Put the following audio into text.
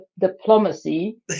diplomacy